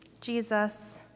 Jesus